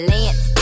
Lance